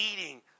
eating